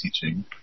teaching